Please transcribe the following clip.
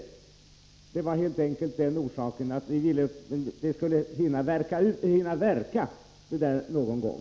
Orsaken var helt enkelt att det fastställda gränsvärdet skulle hinna verka någon gång.